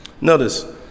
notice